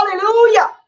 Hallelujah